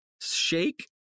shake